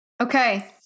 okay